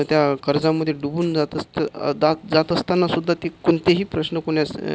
त्या कर्जामध्ये बुडून जात असते आ दा जात असताना सुद्धा ती कोणतेही प्रश्न कोणास